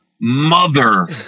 mother